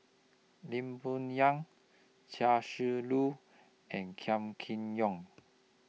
Lee Boon Yang Chia Shi Lu and Kam Kee Yong